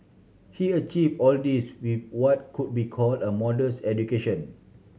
he achieve all this with what could be call a modest education